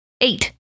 Eight